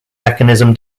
mechanism